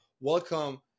welcome